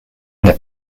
their